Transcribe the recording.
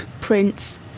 Prince